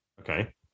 Okay